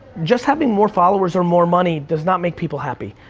just having more followers or more money does not make people happy.